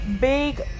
big